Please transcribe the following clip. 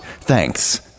Thanks